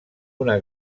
una